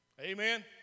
Amen